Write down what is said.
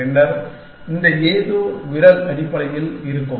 பின்னர் இந்த ஏதோ விரல் அடிப்படையில் இருக்கும்